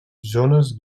zones